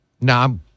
Now